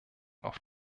auf